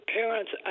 parents